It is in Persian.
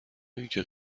اینکه